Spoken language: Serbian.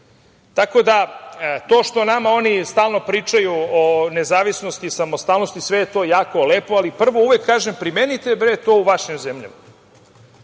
može. To što nama oni stalno pričaju o nezavisnosti i samostalnosti, sve je to jako lepo, ali prvo uvek kažem - primenite to u vašim zemljama.